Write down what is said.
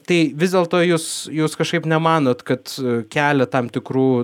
tai vis dėlto jus jūs kažkaip nemanot kad kelia tam tikrų